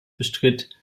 bestritt